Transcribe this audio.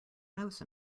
house